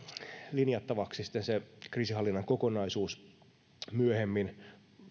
linjattavaksi sitten se kriisinhallinnan kokonaisuus myöhemmin